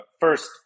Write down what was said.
first